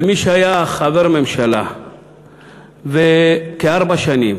כמי שהיה חבר ממשלה כארבע שנים